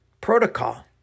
Protocol